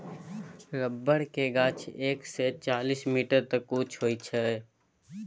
रबरक गाछ एक सय चालीस मीटर तक उँच होइ छै